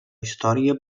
història